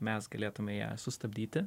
mes galėtume ją sustabdyti